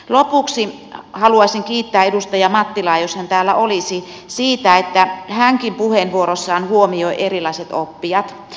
lopuksi haluaisin kiittää edustaja mattilaa jos hän täällä olisi siitä että hänkin puheenvuorossaan huomioi erilaiset oppijat